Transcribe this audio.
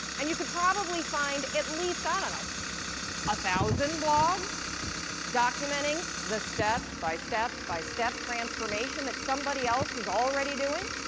and you could probably find at least, i don't know a thousand blogs documenting the step, by step, by step transformation that somebody else is already doing.